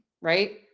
right